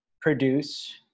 produce